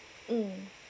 mm